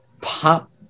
pop